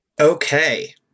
Okay